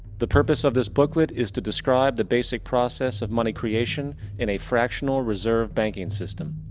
the purpose of this booklet is to describe the basic process of money creation in a fractional reserve banking system.